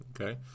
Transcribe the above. okay